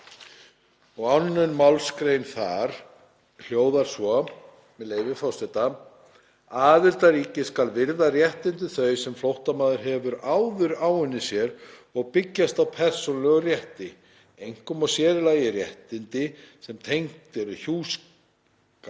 og 2. mgr. hennar hljóðar svo, með leyfi forseta: „Aðildarríki skal virða réttindi þau, sem flóttamaður hefur áður áunnið sér og byggjast á persónulegum rétti, einkum og sér í lagi réttindi, sem tengd eru hjúskap,